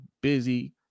busy